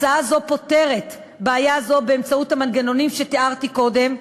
הצעה זו פותרת בעיה זו באמצעות המנגנונים שתיארתי קודם,